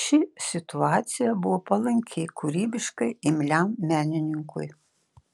ši situacija buvo palanki kūrybiškai imliam menininkui